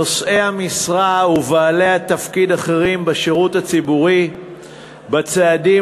נושאי המשרה ובעלי תפקיד אחרים בשירות הציבורי בצעדים